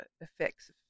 effects